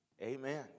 Amen